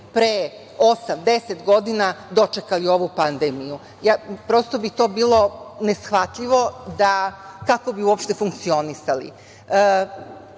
deset godina, dočekali ovu pandemiju. Prosto bi to bilo neshvatljivo, kako bi uopšte funkcionisali.